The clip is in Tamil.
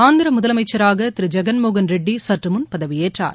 ஆந்திர முதலமைச்சராக திரு ஜெகன்மோகன் ரெட்டி சற்று முன் பதவியேற்றார்